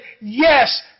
yes